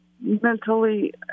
mentally